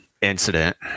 incident